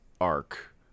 arc